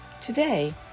Today